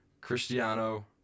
Cristiano